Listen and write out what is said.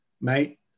mate